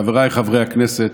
חבריי חברי הכנסת,